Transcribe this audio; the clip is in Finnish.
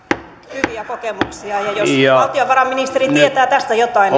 hyviä kokemuksia ja jos valtiovarainministeri tietää tästä jotain